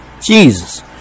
Jesus